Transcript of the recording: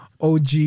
OG